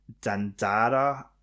Dandara